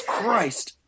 Christ